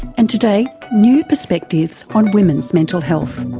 and today new perspectives on women's mental health.